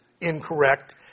incorrect